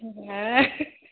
हा